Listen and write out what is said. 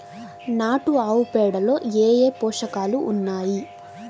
నాటు ఆవుపేడలో ఏ ఏ పోషకాలు ఉన్నాయి?